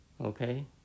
okay